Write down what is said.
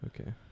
okay